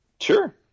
Sure